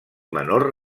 menor